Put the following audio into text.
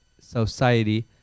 society